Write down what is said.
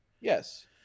Yes